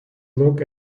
look